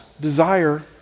desire